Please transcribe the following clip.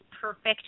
perfect